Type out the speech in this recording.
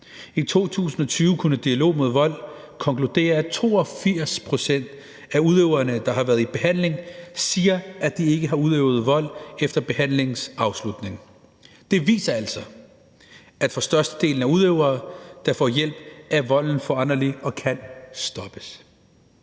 I 2020 kunne Dialog mod Vold konkludere, at 82 pct. af udøverne, der har været i behandling, siger, at de ikke har udøvet vold efter behandlingens afslutning. Det viser altså, at volden for størstedelen af udøvere, der får hjælp, er foranderlig og kan stoppes.